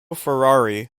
ferrari